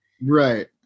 Right